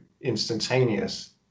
instantaneous